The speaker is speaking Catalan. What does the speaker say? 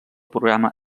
programa